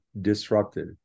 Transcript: disrupted